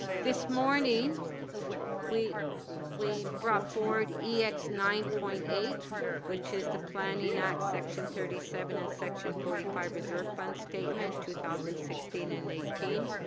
this morning we we brought forward e x nine point eight which is the planning act section thirty seven and section forty five reserve fund statement two thousand and sixteen and eighteen.